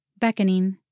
beckoning